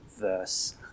verse